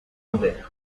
ouverts